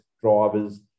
drivers